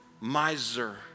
miser